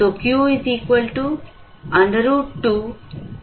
तो Q √2DCoCc